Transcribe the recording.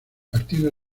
partido